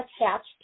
attached